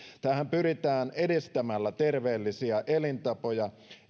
pyritään edistämällä terveellisiä elintapoja